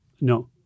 No